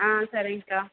ஆ சரிங்க்கா